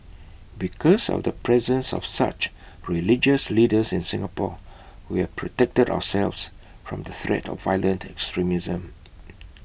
because of the presence of such religious leaders in Singapore we have protected ourselves from the threat of violent extremism